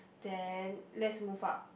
then let's move up